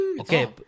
Okay